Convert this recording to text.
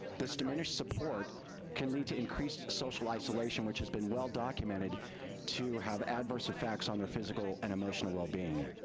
this diminished support can lead to increased social isolation, which has been well documented to have adverse effects on their physical and emotional well-being.